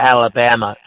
Alabama